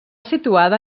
situada